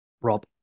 Rob